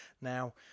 now